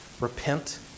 Repent